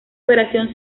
operación